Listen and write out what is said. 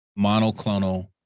monoclonal